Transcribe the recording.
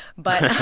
but.